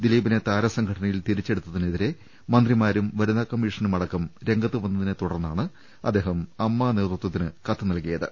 ദിലീപിനെ താരസം ഘടനയിൽ തിരിച്ചെടുത്തതിനെതിരെ മന്ത്രിമാരും വനിതാകമ്മീഷനും അടക്കം രംഗത്തുവന്നതിനെ തുടർന്നാണ് അദ്ദേഹം അമ്മ നേതൃത്വ ത്തിന് കത്ത് നൽകിയത്